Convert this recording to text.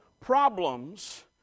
problems